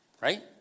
right